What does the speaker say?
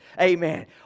Amen